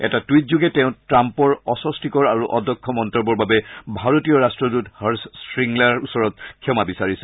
এটা টুইটযোগে তেওঁ ট্ৰাম্পৰ অস্বস্তিকৰ আৰু অদক্ষ মন্তব্যৰ বাবে ভাৰতীয় ৰাষ্টদৃত হৰ্ষ শ্ৰীংলাৰ ওচৰত ক্ষমা বিচাৰিছে